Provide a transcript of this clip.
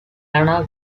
anna